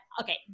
okay